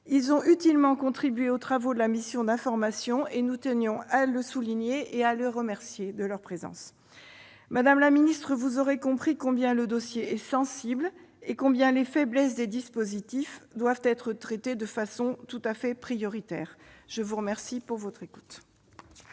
Ils ont utilement contribué aux travaux de la mission d'information ; nous tenions à le souligner et à les remercier de leur présence. Madame la ministre, vous aurez compris combien le dossier est sensible. Les faiblesses des dispositifs doivent être corrigées de façon tout à fait prioritaire. La parole est